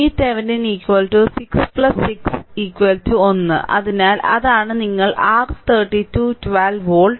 VThevenin 6 6 1 അതിനാൽ അതാണ് നിങ്ങൾ R32 12 വോൾട്ട്